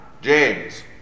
James